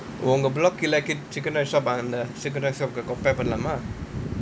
உங்க:unga block கீழ:kizha chicken rice shop இருக்குள்ள:irukulla chicken rice shop பண்லாமா:panlaamaa